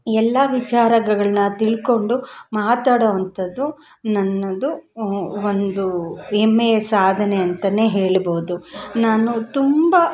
ಎಲ್ಲ ವಿಚಾರಗಳನ್ನ ತಿಳ್ಕೊಂಡು ಮಾತಾಡುವಂಥದ್ದು ನನ್ನದು ಒಂದು ಹೆಮ್ಮೆಯ ಸಾಧನೆ ಅಂತಲೇ ಹೇಳ್ಬೋದು ನಾನು ತುಂಬ